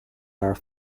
are